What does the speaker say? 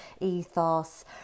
ethos